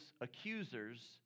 accusers